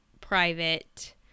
private